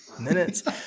minutes